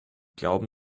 glauben